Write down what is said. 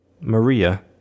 Maria